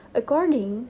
according